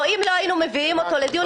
או אם לא היינו מביאים אותו לדיון,